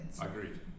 agreed